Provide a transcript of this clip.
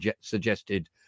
suggested